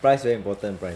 price very important price